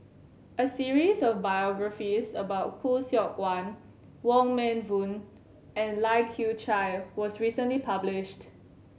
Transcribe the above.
a series of biographies about Khoo Seok Wan Wong Meng Voon and Lai Kew Chai was recently published